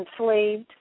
enslaved